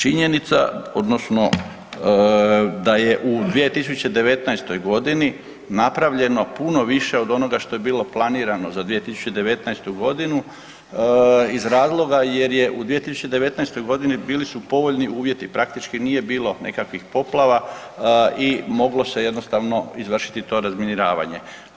Činjenica, odnosno, da je u 2019. godini napravljeno puno više od onoga što je bilo planirano za 2019. godinu iz razloga jer je u 2019. godini bili su povoljni uvjeti, praktički nije bilo nekakvih poplava i moglo se jednostavno izvršiti to razminiravanje.